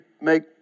make